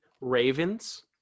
Ravens